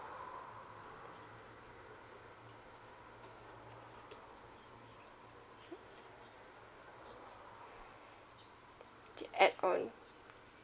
the add on